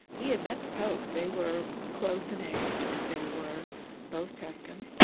he had met the pope. they were close in age and they were both tuscan,